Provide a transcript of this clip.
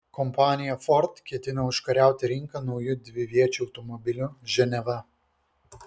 kompanija ford ketina užkariauti rinką nauju dviviečiu automobiliu ženeva